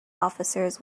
officers